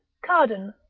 cardan,